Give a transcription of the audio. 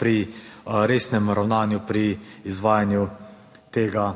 pri resnem ravnanju, pri izvajanju tega